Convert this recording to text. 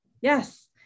yes